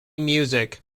music